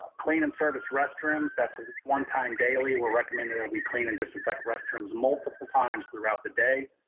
clean and service restrooms, that's one time daily. we're recommending that we clean and disinfect restrooms multiple times throughout the day,